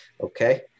Okay